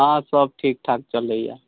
आओर सब ठीक ठाक चलैया